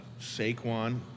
Saquon